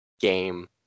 game